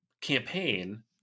campaign